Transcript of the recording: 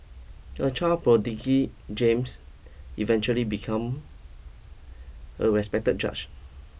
a child prodigy James eventually become a respected judge